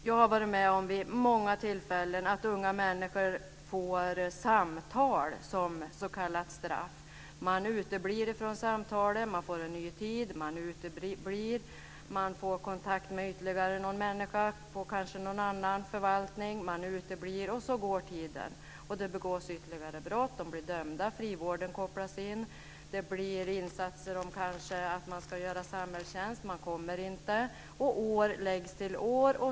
Jag har varit med om många tillfällen där unga människor får samtal som s.k. straff. Man uteblir från samtalet, man får en ny tid, man uteblir, man får kontakt med ytterligare någon människa på kanske någon annan förvaltning, man uteblir, och så går tiden. Det begås ytterligare brott, man blir dömd, frivården kopplas in, det blir insatser som att göra samhällstjänst, man kommer inte, och år läggs till år.